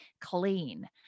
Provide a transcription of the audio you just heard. clean